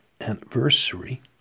anniversary